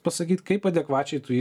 pasakyt kaip adekvačiai tu jį